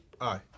Aye